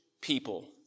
people